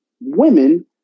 women